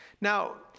Now